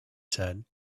said